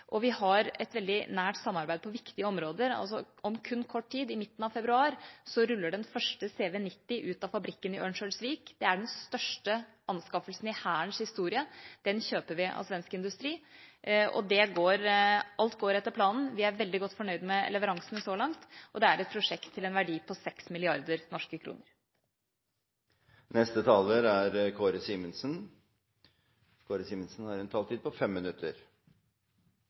Vi har et veldig nært samarbeid på viktige områder. Om kun kort tid, i midten av februar, ruller den første CV90 ut av fabrikken i Örnsköldsvik. Det er den største anskaffelsen i Hærens historie. Den kjøper vi av svensk industri. Alt går etter planen, vi er veldig godt fornøyd med leveransene så langt, og det er et prosjekt til en verdi på 6 mrd. norske kroner. Takk til interpellanten, som gjennom denne debatten setter fokus på nordisk forsvarssamarbeid. Som både interpellant og statsråd har vært inne på